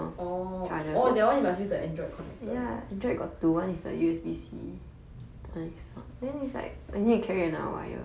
orh orh orh that [one] you must use that Android connector